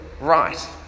right